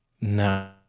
No